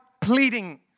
pleading